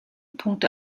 punkte